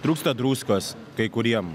trūksta druskos kai kuriem